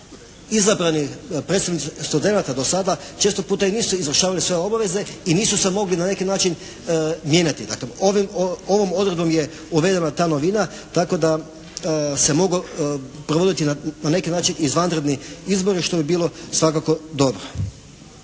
izabrani predstavnik studenata dosada često puta i nisu izvršavali svoje obaveze i nisu se mogli na neki način mijenjati. Dakle, ovom odredbom je uvedena ta novina, tako da se mogu provoditi na neki način izvanredni izbori, što bi bilo svakako dobro.